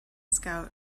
scout